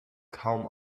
kaum